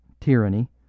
tyranny